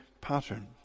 pattern